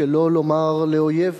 שלא לומר לאויב.